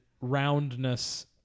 roundness